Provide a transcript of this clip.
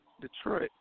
Detroit